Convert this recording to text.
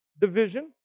division